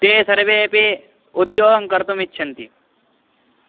ते सर्वेपि उद्योगङ्कर्तुम् इच्छन्ति